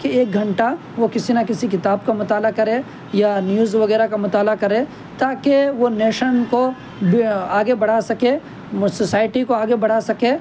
کہ ایک گھنٹہ وہ کسی نہ کسی کتاب کا مطالعہ کرے یا نیوز وغیرہ کا مطالعہ کرے تاکہ وہ نیشن کو آگے بڑھا سکے وہ سوسائٹی کو آگے بڑھا سکے